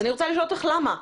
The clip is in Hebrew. אז אני רוצה לשאול אותך למה.